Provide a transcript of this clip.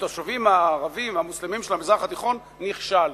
לתושבים הערבים המוסלמים של המזרח התיכון נכשל,